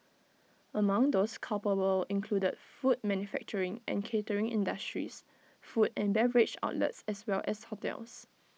among those culpable included food manufacturing and catering industries food and beverage outlets as well as hotels